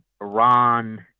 Iran